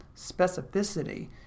specificity